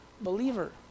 believer